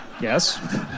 Yes